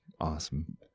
awesome